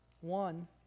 one